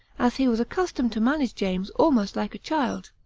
as he was accustomed to manage james almost like a child.